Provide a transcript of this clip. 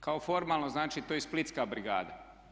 Kao formalno znači to je Splitska brigada.